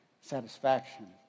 satisfaction